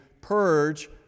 purge